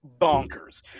bonkers